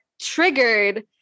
triggered